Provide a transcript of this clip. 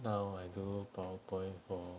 now I do PowerPoint for